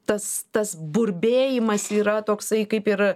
tas tas burbėjimas yra toksai kaip ir